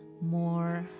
more